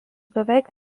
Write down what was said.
beveik